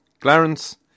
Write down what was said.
Clarence